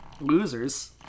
losers